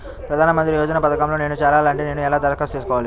ప్రధాన మంత్రి యోజన పథకంలో నేను చేరాలి అంటే నేను ఎలా దరఖాస్తు చేసుకోవాలి?